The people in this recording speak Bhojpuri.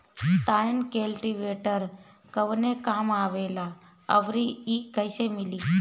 टाइन कल्टीवेटर कवने काम आवेला आउर इ कैसे मिली?